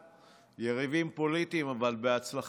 יריבים פוליטיים, אבל בהצלחה שיהיה לך.